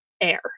air